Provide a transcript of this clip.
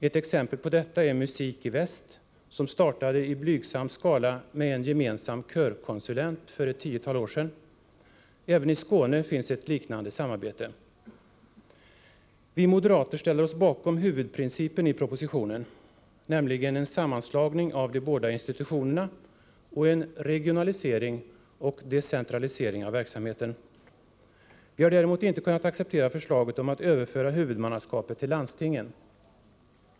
Ett exempel på detta är Musik i tiotal år sedan. I Skåne finns ett liknande samarbete. Vi moderater tillstyrker huvudprincipen i propositionen, nämligen en sammanslagning av de båda institutionerna och en regionalisering och decentralisering av verksamheten. Vi har däremot inte kunnat acceptera förslaget om att överföra huvudmannaskapet till landstingen.